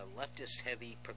leftist-heavy